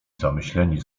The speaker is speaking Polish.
zamyśleni